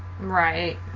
Right